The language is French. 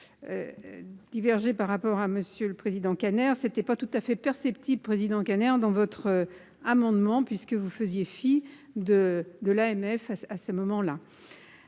divergés par rapport à Monsieur le Président, Kader, c'était pas tout à fait perceptibles président ghanéen dans votre amendement, puisque vous faisiez fi de de l'AMF face à ce moment-là,